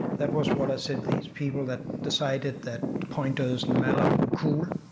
that was what i said these people that decided that pointers and malloc were cool.